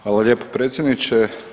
Hvala lijepo predsjedniče.